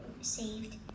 saved